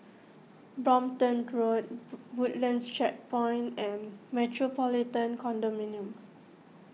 Brompton Road Woodlands Checkpoint and Metropolitan Condominium